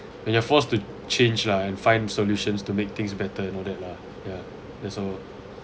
when you're forced to change lah and find solutions to make things better and all that lah ya that's all